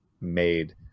made